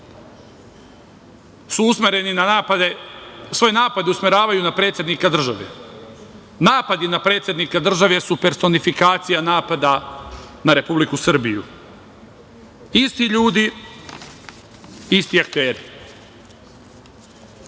ti isti ljudi svoje napade usmeravaju na predsednika države. Napadi na predsednika države su personifikacija napada na Republiku Srbiju. Isti ljudi, isti akteri. Vi